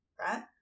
right